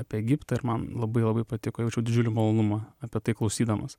apie egiptą ir man labai labai patiko jaučiau didžiulį malonumą apie tai klausydamas